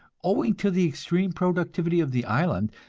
owing to the extreme productivity of the island,